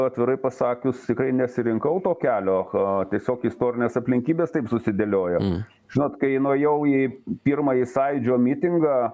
atvirai pasakius tikrai nesirinkau to kelio tiesiog istorinės aplinkybės taip susidėliojo žinot kai nuėjau į pirmąjį sąjūdžio mitingą